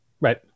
Right